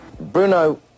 Bruno